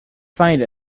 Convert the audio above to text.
find